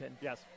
Yes